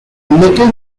little